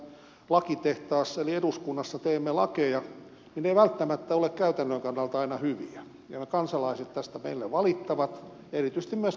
kun me täällä lakitehtaassa eli eduskunnassa teemme lakeja niin ne eivät välttämättä ole käytännön kannalta aina hyviä ja kansalaiset tästä meille valittavat erityisesti myös kansaneläkelaitoksen osalta